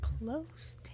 Close